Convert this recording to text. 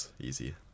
Easy